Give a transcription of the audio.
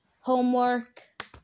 homework